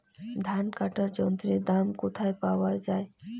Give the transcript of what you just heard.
ধান কাটার যন্ত্রের দাম কোথায় পাওয়া যায়?